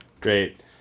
Great